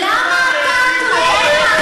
למה אתה תלוי בסורים בכלל?